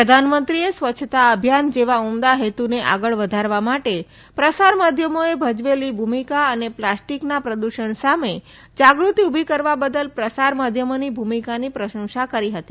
પ્રધાનમંત્રીએ સ્વચ્છતા અભિયાન જેવા ઉમદા હેતુને આગળ વધારવા માટે પ્રસાર માધ્યમોએ ભજવેલી ભૂમિકા અને પ્લાસ્ટીકના પ્રદૃષણ સામે જાગૃતિ ઉભી કરવા બદલ પ્રસાર માધ્યમોની ભૂમિકાની પ્રશંસા કરી હતી